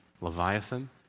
Leviathan